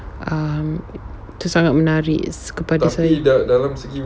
um itu sangat menarik kepada saya